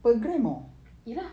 ye lah